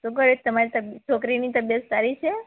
શું કરે તમારી તબિ છોકરીની તબિયત સારી છે